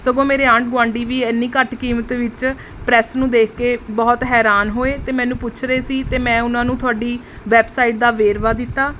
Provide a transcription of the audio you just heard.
ਸਗੋਂ ਮੇਰੇ ਆਂਢ ਗੁਵਾਂਢੀ ਵੀ ਇੰਨੀ ਘੱਟ ਕੀਮਤ ਵਿੱਚ ਪ੍ਰੈੱਸ ਨੂੰ ਦੇਖ ਕੇ ਬਹੁਤ ਹੈਰਾਨ ਹੋਏ ਅਤੇ ਮੈਨੂੰ ਪੁੱਛ ਰਹੇ ਸੀ ਅਤੇ ਮੈਂ ਉਹਨਾਂ ਨੂੰ ਤੁਹਾਡੀ ਵੈੱਬਸਾਈਟ ਦਾ ਵੇਰਵਾ ਦਿੱਤਾ